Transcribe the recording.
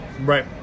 Right